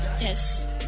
yes